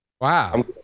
wow